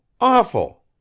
awful